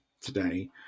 today